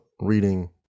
reading